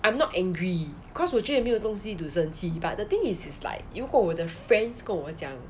I'm not angry cause 我觉得也没有东西 to 生气 but the thing is is like 如果我的 friends 跟我讲